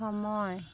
সময়